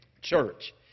Church